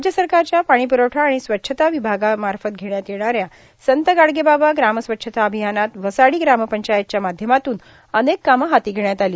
राज्य सरकारच्या पाणी प्रवठा आणि स्वच्छता विभागामार्फत घेण्यात येणाऱ्या संत गाडगेबाबा ग्रामस्वच्छता अभियानात वसाडी ग्रामपंचायतच्या माध्यमातून अनेक कामं हाती घेण्यात आली